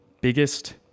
biggest